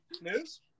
news